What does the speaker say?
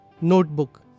Notebook